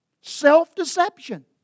Self-deception